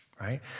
Right